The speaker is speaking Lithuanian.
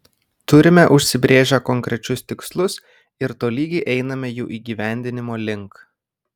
turime užsibrėžę konkrečius tikslus ir tolygiai einame jų įgyvendinimo link